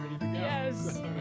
Yes